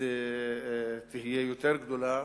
תהיה יותר גדולה.